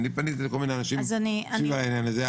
אני פניתי לכל מיני אנשים סביב העניין הזה,